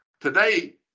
Today